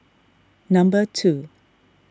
number two